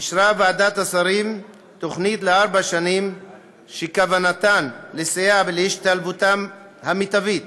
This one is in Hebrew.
אישרה ועדת השרים תוכנית לארבע שנים שכוונתה לסייע בהשתלבות המיטבית